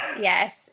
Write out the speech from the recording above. yes